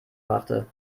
machte